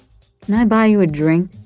can i buy you a drink?